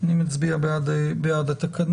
אני מצביע בעד התקנות.